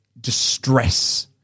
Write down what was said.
distress